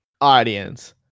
audience